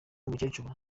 umukecuru